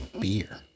beer